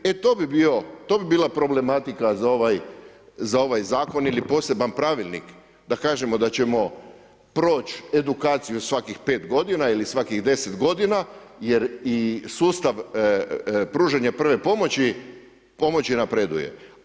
E to bi bio, to bi bila problematika za ovaj zakon ili poseban pravilnik da kažemo da ćemo proći edukaciju svakih 5 godina ili svakih 10 godina jer i sustav pružanja prve pomoći napreduje.